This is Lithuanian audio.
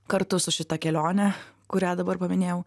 kartu su šita kelione kurią dabar paminėjau